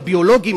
הביולוגים,